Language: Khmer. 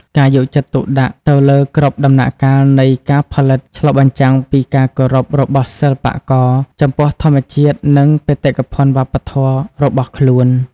ការយកចិត្តទុកដាក់ទៅលើគ្រប់ដំណាក់កាលនៃការផលិតឆ្លុះបញ្ចាំងពីការគោរពរបស់សិល្បករចំពោះធម្មជាតិនិងបេតិកភណ្ឌវប្បធម៌របស់ខ្លួន។